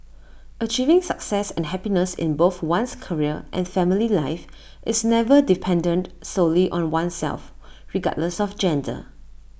achieving success and happiness in both one's career and family life is never dependent solely on oneself regardless of gender